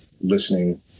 listening